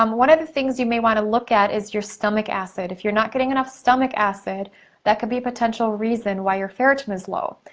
um one of the things you may wanna look at is your stomach acid. if you're not getting enough stomach acid that could be a potential reason why your ferritin is low.